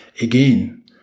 Again